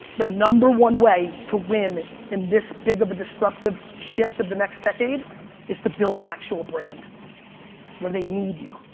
the number one way to win in this big of a disruptive shift of the next decade is to build an actual brand where they need you,